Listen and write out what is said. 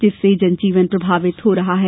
जिससे जनजीवन प्रभावित हो रहा है